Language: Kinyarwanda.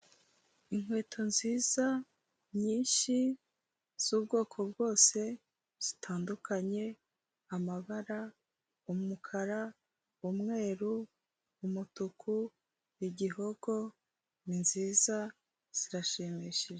Inkweto nziza nyinshi z'ubwoko bwose zitandukanye amabara, umukara, umweru, umutuku, igihogo, ni nziza zirashimishije.